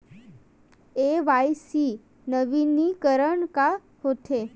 KYC नवीनीकरण का होथे?